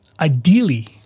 ideally